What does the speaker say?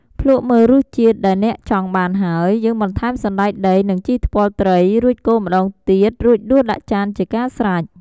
ភ្លក្សមើលរសជាតិដែរអ្នកចង់បានហើយ យើងបន្ថែមសណ្តែកដី និង ជីថ្ពាល់ត្រី រួចកូរម្ដងទៀតរួចដួសដាក់ចានជាការស្រេច។